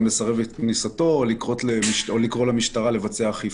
אם לסרב את כניסתו או לקרוא למשטרה לבצע אכיפה.